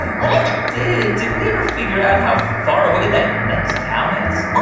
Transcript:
what is it? did did we ever figure out how far away that next town is? oh,